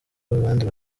abandi